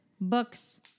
books